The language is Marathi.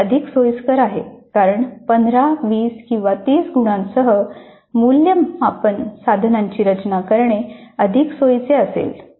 हे अधिक सोयीस्कर आहे कारण 15 20 किंवा 30 गुणांसह मूल्यमापन साधनाची रचना करणे अधिक सोयीचे असेल